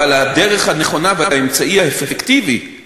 אבל הדרך הנכונה והאמצעי האפקטיבי הם